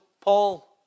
Paul